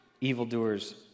evildoers